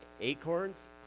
acorns